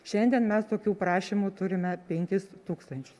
šiandien mes tokių prašymų turime penkis tūkstančius